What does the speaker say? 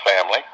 family